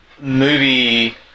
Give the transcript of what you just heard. movie